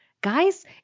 Guys